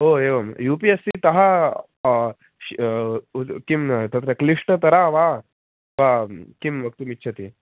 ओ एवं U P S C तः सः किं तत्र क्लिष्टतरा वा सा किं वक्तुमिच्छति